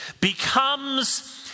becomes